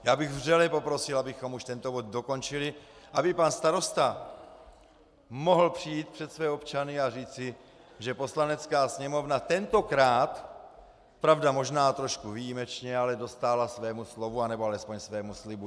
Já bych vřele poprosil, abychom už tento bod dokončili, aby pan starosta mohl přijít před své občany a říci, že Poslanecká sněmovna tentokrát pravda, možná trošku výjimečně dostála svému slovu, nebo alespoň svému slibu.